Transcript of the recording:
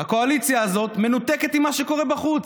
הקואליציה הזאת מנותקת ממה שקורה בחוץ.